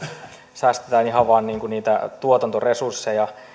säästetään ihan vain niitä tuotantoresursseja